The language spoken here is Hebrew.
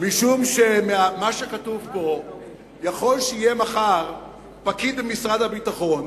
משום שלפי מה שכתוב פה יכול שיהיה מחר פקיד במשרד הביטחון